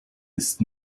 ist